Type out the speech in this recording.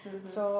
mmhmm